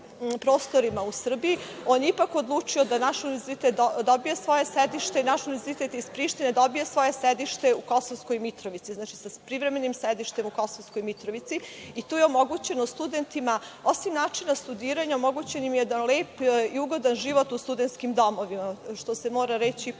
prostorima u Srbiji, on je ipak odlučio da naš univerzitet dobije svoje sedište. Naš univerzitet iz Prištine dobija svoje sedište u Kosovskoj Mitrovici. Znači, sa privremenim sedištem u Kosovskoj Mitrovici i tu je omogućeno studentima, osim načina studiranja, omogućeno im je lep i ugodan život u studentskim domovima, što se mora